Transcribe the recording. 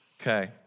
okay